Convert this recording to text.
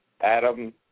Adam